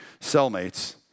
cellmates